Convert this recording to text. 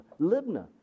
Libna